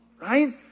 Right